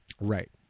Right